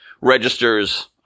registers